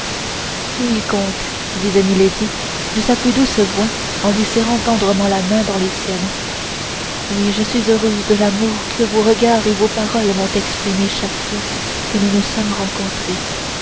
oui comte disait milady de sa plus douce voix en lui serrant tendrement la main dans les siennes oui je suis heureuse de l'amour que vos regards et vos paroles m'ont exprimé chaque fois que nous nous sommes rencontrés